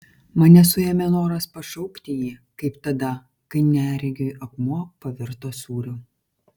mane suėmė noras pašaukti jį kaip tada kai neregiui akmuo pavirto sūriu